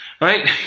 Right